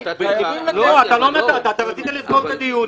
אתה רצית לסגור את הדיון.